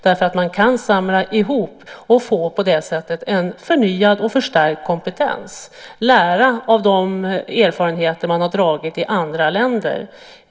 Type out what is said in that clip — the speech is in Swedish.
När man samlar ihop det kan man få en förnyad och förstärkt kompetens och lära av de erfarenheter man har gjort i andra länder.